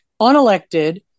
unelected